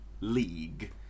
league